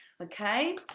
okay